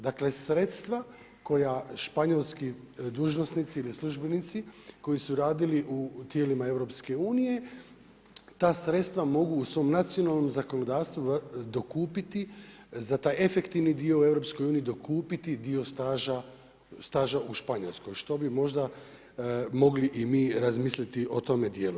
Dakle sredstva koja španjolski dužnosnici ili službenici koji su radili u tijelima EU ta sredstva mogu u svom nacionalnom zakonodavstvu dokupiti za taj efektivni dio u EU, dokupiti dio staža u Španjolskoj što bi možda mogli i mi razmisliti o tome dijelu.